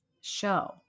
show